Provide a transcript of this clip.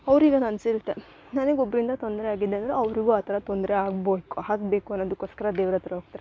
ಅವ್ರಿಗೆ ಅದು ಅನಿಸಿರತ್ತೆ ನನಗ್ ಒಬ್ಬರಿಂದ ತೊಂದರೆ ಆಗಿದೆ ಅಂದರೆ ಅವರಿಗು ಆ ಥರ ತೊಂದರೆ ಆಗ್ಬೋಕು ಆಗ್ಬೇಕು ಅನ್ನೋದಕೋಸ್ಕರ ದೇವ್ರಹತ್ರ ಹೋಗ್ತಾರೆ